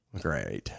Great